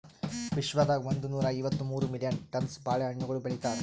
ವಿಶ್ವದಾಗ್ ಒಂದನೂರಾ ಐವತ್ತ ಮೂರು ಮಿಲಿಯನ್ ಟನ್ಸ್ ಬಾಳೆ ಹಣ್ಣುಗೊಳ್ ಬೆಳಿತಾರ್